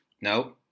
no